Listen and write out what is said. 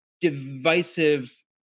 divisive